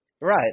Right